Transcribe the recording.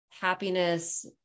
happiness